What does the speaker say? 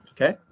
okay